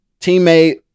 Teammate